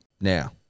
Now